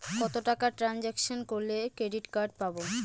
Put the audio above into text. কত টাকা ট্রানজেকশন করলে ক্রেডিট কার্ড পাবো?